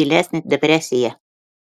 gilesnę depresiją